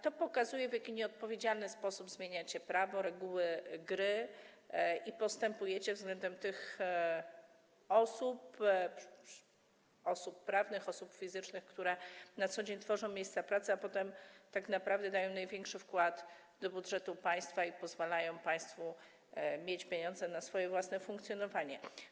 To pokazuje, w jaki nieodpowiedzialny sposób zmieniacie prawo, reguły gry i postępujecie względem tych osób prawnych, osób fizycznych, które na co dzień tworzą miejsca pracy, a potem tak naprawdę dają największy wkład do budżetu państwa i pozwalają państwu mieć pieniądze na swoje własne funkcjonowanie.